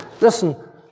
Listen